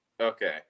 Okay